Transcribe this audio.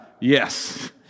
Yes